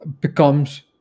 becomes